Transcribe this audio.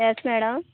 yes madam